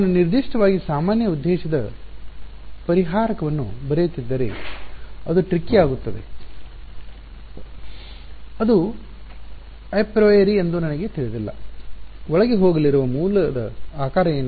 ನಾನು ನಿರ್ದಿಷ್ಟವಾಗಿ ಸಾಮಾನ್ಯ ಉದ್ದೇಶದ ಪರಿಹಾರಕವನ್ನು ಬರೆಯುತ್ತಿದ್ದರೆ ಅದು ಟ್ರಿಕಿ ಆಗುತ್ತದೆ ಅದು ಏಪ್ರಿಯೊರಿ ಎಂದು ನನಗೆ ತಿಳಿದಿಲ್ಲ ಒಳಗೆ ಹೋಗಲಿರುವ ಮೂಲದ ಆಕಾರ ಏನು